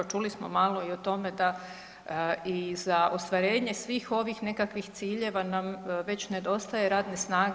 Čuli smo malo i o tome da i za ostvarenje svih ovih nekakvih ciljeva nam već nedostaje radne snage.